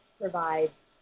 provides